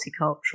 multicultural